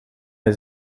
hij